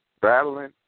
battling